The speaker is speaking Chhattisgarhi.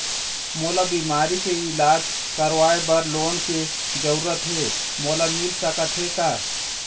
मोला बीमारी के इलाज करवाए बर लोन के जरूरत हे मोला मिल सकत हे का?